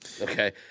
okay